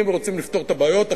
אם רוצים לפתור את הבעיות,